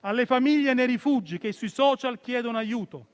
alle famiglie nei rifugi che sui *social* chiedono aiuto;